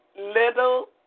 little